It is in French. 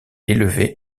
élevée